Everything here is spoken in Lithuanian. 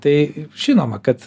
tai žinoma kad